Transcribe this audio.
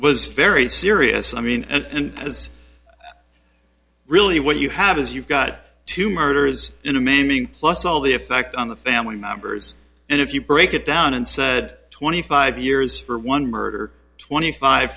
was very serious i mean and as really what you have is you've got two murders in a man being plus all the effect on the family members and if you break it down and said twenty five years for one murder twenty five